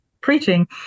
Preaching